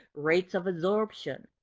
rates of absorption.